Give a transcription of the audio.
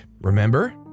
remember